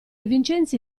vincenzi